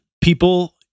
people